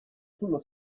sullo